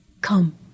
Come